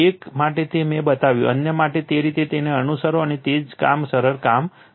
એક માટે મેં તે બતાવ્યું અન્ય માટે તે રીતે તેને અનુસરો અને તે જ કામ સરળ કામ કરો